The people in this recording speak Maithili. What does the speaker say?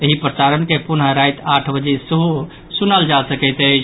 एहि प्रसारण के पुनः राति आठ बजे सेहो सुनल जा सकैत अछि